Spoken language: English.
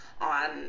on